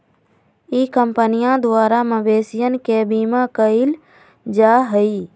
ई कंपनीया द्वारा मवेशियन के बीमा कइल जाहई